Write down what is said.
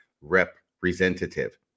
representative